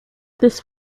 this